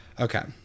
Okay